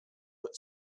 but